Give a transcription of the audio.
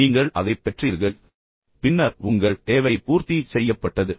நீங்கள் அதைப் பெற்றீர்கள் பின்னர் உங்கள் தேவை பூர்த்தி செய்யப்பட்டது